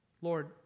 Lord